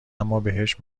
امابهش